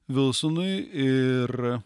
vilsonui ir